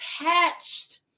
attached